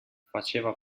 faceva